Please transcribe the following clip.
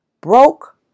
Broke